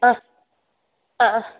ആ ആ